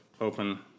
open